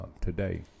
today